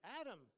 Adam